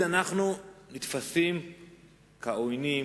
אנחנו בעצם שולחים את השגרירים,